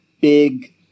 big